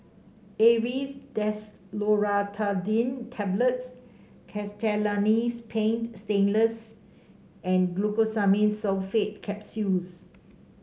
Aerius Desloratadine Tablets Castellani's Paint Stainless and Glucosamine Sulfate Capsules